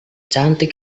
cantik